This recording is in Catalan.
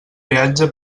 peatge